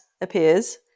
appears